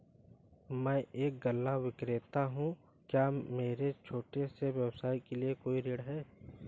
मैं एक गल्ला विक्रेता हूँ क्या मेरे छोटे से व्यवसाय के लिए कोई ऋण है?